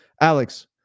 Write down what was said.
Alex